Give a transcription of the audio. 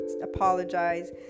apologize